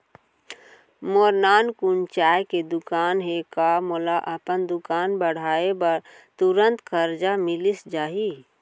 मोर नानकुन चाय के दुकान हे का मोला अपन दुकान बढ़ाये बर तुरंत करजा मिलिस जाही?